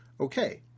Okay